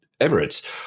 Emirates